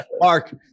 Mark